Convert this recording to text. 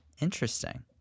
Interesting